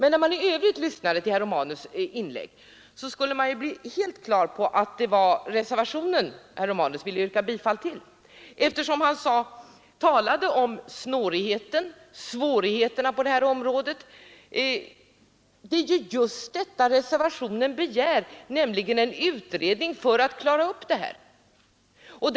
När man lyssnade till herr Romanus” inlägg i övrigt kunde man få den uppfattningen att han ville yrka bifall till reservationen, eftersom han talade om den snårighet och de svårigheter som finns på detta område. Vad man begär i reservationen är ju en utredning för att klarlägga dessa saker.